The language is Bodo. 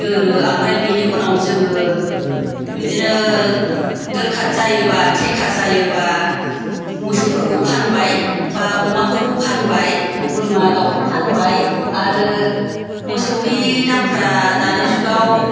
दोनो आमफ्राय उनाव जोङो बिदिनो दोरखार जायोबा थेखा जायोबा मोसौफोरखौ फानबाय बा अमाफोरखौ फानबाय बोरमा दाउखौ फानबाय आरो मोसौनि दामफ्रा दानि जुगाव